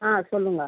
ஆ சொல்லுங்கள்